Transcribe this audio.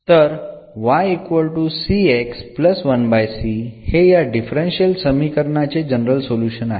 तर हे या डिफरन्शियल समीकरणाचे जनरल सोल्युशन आहे